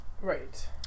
Right